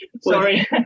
sorry